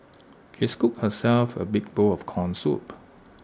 he scooped herself A big bowl of Corn Soup